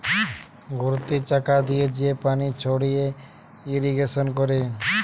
ঘুরতি চাকা দিয়ে যে পানি ছড়িয়ে ইরিগেশন করে